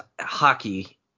hockey